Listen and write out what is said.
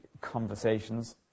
conversations